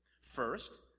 First